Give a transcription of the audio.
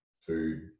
food